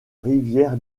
rivière